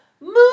Move